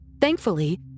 Thankfully